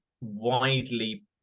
widely